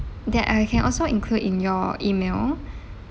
that I can also include in your email